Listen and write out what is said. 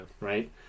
Right